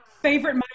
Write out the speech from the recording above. Favorite